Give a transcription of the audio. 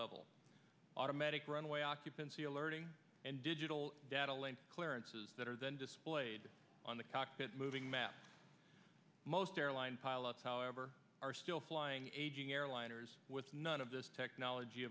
level automatic runway occupancy alerting and digital data link clearances that are then displayed on the cockpit moving map most airline pilots however are still flying aging airliners with none of this technology